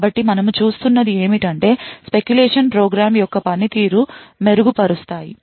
కాబట్టి మనం చూస్తున్నది ఏమిటంటే speculation ప్రోగ్రామ్ యొక్క పనితీరును మెరుగుపరుస్తాయి